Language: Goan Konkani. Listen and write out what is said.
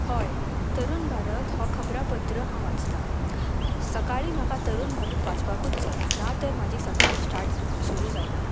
हय तरूण भारत हो खबरापत्र हांव वाचतां सकाळी म्हाका तरूण भारत वाचपाकूच जाय ना तर म्हाजी सकाळी स्टार्ट सुरू जायना